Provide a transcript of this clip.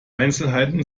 einzelheiten